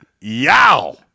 Yow